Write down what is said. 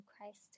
Christ